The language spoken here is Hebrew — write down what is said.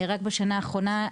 רק בשנה האחרונה,